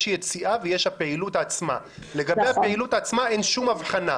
לגבי הפעילות עצמה אין שום הבחנה.